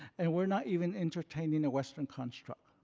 and we're not even entertaining a western construct.